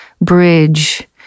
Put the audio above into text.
bridge